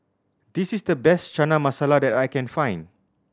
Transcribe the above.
this is the best Chana Masala that I can find